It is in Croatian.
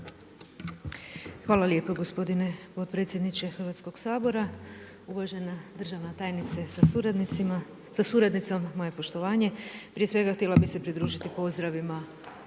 Hvala lijepo gospodine podpredsjedniče Hrvatskog sabora, uvažena državna tajnice sa suradnicom, moje poštovanje. Prije svega htjela bi pridružiti pozdravima